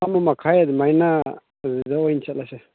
ꯑꯃ ꯃꯈꯥꯏ ꯑꯗꯨꯃꯥꯏꯅ ꯑꯗꯨꯗ ꯑꯣꯏꯅ ꯆꯠꯂꯁꯦ